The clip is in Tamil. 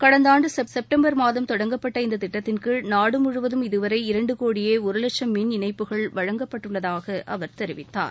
கடந்த ஆண்டு செப்டம்பர் மாதம் தொடங்கப்பட்ட இந்தத் திட்டத்தின்கீழ் நாடு முழுவதும் இதுவரை இரண்டு கோடியே ஒரு லட்சம் மின் இணைப்புகள் வழங்கப்பட்டுள்ளதாக அவர் தெரிவித்தார்